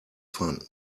fun